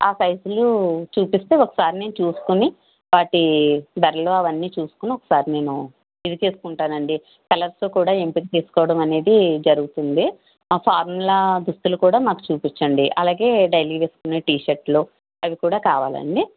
ఆ సైజులు చూపిస్తే ఒకసారి నేను చూసుకుని వాటి ధరలు అవన్నీ చూసుకుని ఒకసారి నేను ఇది చేసుకుంటానండి కలర్స్ కూడా ఎంపిక చేసుకోవడం అనేది జరుగుతుంది ఆ ఫార్మల్ దుస్తులు కూడా మాకు చూపించండి అలాగే డెయిలీ వేసుకునే టీషర్ట్లు అవి కూడా కావాలండి